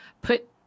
put